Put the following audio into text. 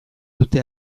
dute